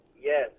Yes